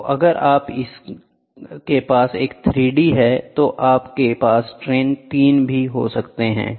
तो अगर आपके पास एक 3 डी है तो आप के पास स्ट्रेन 3 भी होगा